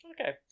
Okay